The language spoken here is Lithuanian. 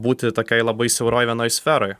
būti tokioj labai siauroj vienoj sferoj